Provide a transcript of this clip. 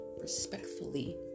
respectfully